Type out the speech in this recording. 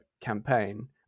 campaign